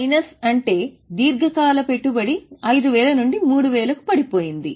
minus అంటే దీర్ఘకాలం పెట్టుబడి 5000 నుండి 3000 కి పడిపోయింది